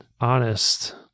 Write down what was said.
honest